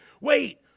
wait